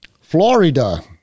Florida